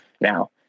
now